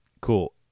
cool